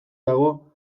dago